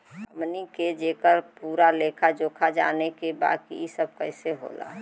हमनी के जेकर पूरा लेखा जोखा जाने के बा की ई सब कैसे होला?